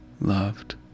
loved